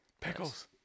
Pickles